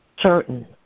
Certain